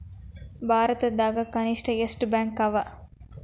ಭಾರತದಾಗ ಕನಿಷ್ಠ ಎಷ್ಟ್ ಬ್ಯಾಂಕ್ ಅವ?